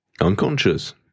unconscious